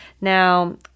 Now